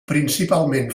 principalment